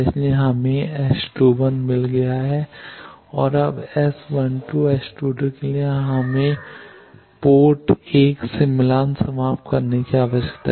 इसलिए हमें S 21 मिल गया है अब S 1 2 और S 22 के लिए हमें पोर्ट 1 से मिलान समाप्त करने की आवश्यकता है